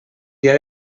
dia